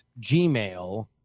gmail